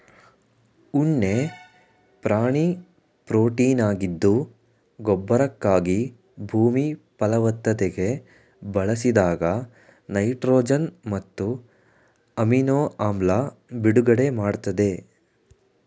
ಉಣ್ಣೆ ಪ್ರಾಣಿ ಪ್ರೊಟೀನಾಗಿದ್ದು ಗೊಬ್ಬರಕ್ಕಾಗಿ ಭೂಮಿ ಫಲವತ್ತತೆಗೆ ಬಳಸಿದಾಗ ನೈಟ್ರೊಜನ್ ಮತ್ತು ಅಮಿನೊ ಆಮ್ಲ ಬಿಡುಗಡೆ ಮಾಡ್ತದೆ